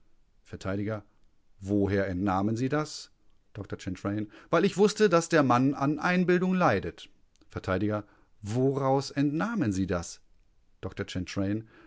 vert woher entnahmen sie das dr chantraine weil ich wußte daß der mann an einbildung leidet vert woraus entnahmen sie das dr chantraine